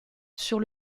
sur